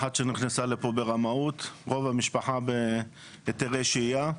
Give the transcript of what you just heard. אחת שנכנסה לפה ברמאות, רוב המשפחה בהיתרי שהייה.